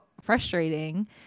frustrating